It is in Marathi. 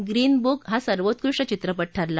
प्रीन बुक हा सर्वोत्कृष्ट चित्रपट ठरला